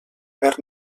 haver